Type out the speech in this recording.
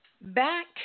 Back